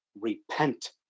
repent